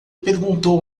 perguntou